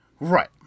Right